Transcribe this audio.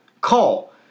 call